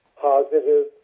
positive